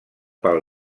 pel